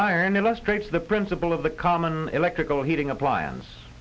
iron illustrates the principle of the common electrical heating appliance